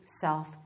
self